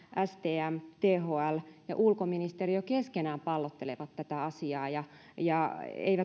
stm thl ja ulkoministeriö keskenään pallottelevat tätä asiaa ja ja eivät